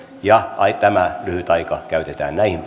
ja tämä lyhyt aika käytetään näihin